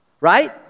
right